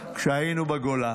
כשהיינו בגולה